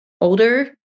older